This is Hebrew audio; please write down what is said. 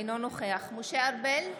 אינו נוכח משה ארבל,